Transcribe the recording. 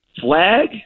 Flag